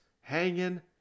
hanging